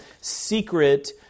secret